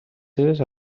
seves